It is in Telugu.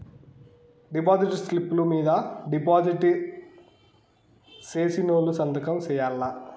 డిపాజిట్ స్లిప్పులు మీద డిపాజిట్ సేసినోళ్లు సంతకం సేయాల్ల